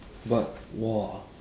but !wah!